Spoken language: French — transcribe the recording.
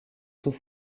sous